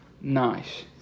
nice